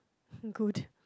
good